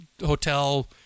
hotel